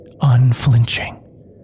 unflinching